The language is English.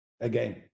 again